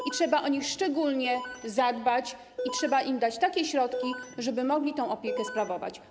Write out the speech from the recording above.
I trzeba o nich szczególnie zadbać, trzeba im dać takie środki, żeby mogli tę opiekę sprawować.